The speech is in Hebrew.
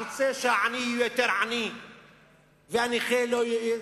שרוצה שהעני יהיה יותר עני והנכה יהיה,